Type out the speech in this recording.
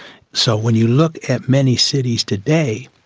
so when you look at many cities today,